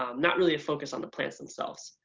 um not really a focus on the plants themselves.